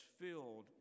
filled